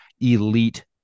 elite